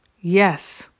Yes